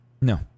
No